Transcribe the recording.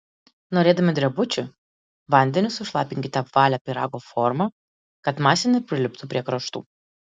norėdami drebučių vandeniu sušlapinkite apvalią pyrago formą kad masė nepriliptų prie kraštų